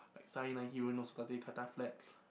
like